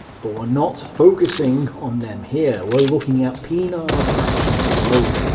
but we're not focusing on them here, we're looking at pienaar's actions alone.